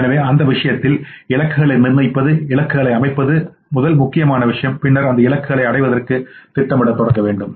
எனவே அந்த விஷயத்தில் இலக்குகளை நிர்ணயிப்பது இலக்குகளை அமைப்பது முதல் முக்கியமான விஷயம் பின்னர் அந்த இலக்குக்குளை அடைவதற்கு நீங்கள் திட்டமிடத் தொடங்குங்கள்